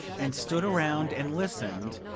and stood around and listened,